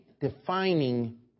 defining